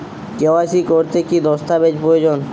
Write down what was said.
KYC করতে কি দস্তাবেজ প্রয়োজন?